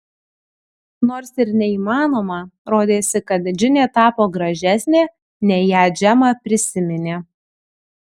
nors ir neįmanoma rodėsi kad džinė tapo gražesnė nei ją džema prisiminė